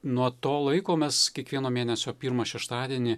nuo to laiko mes kiekvieno mėnesio pirmą šeštadienį